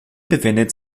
befindet